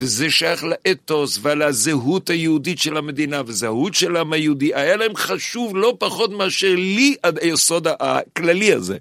וזה שייך לאתוס ועל הזהות היהודית של המדינה וזהות של העם היהודי, היה להם חשוב לא פחות מאשר לי עד היסוד הכללי הזה.